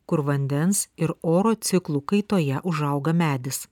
kur vandens ir oro ciklų kaitoje užauga medis